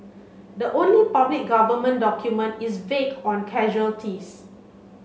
the only public government document is vague on casualties